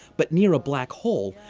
but near a black hole,